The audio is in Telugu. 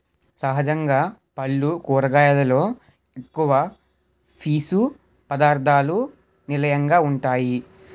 సహజంగా పల్లు కూరగాయలలో ఎక్కువ పీసు పధార్ధాలకు నిలయంగా వుంటాయి